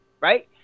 Right